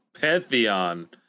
pantheon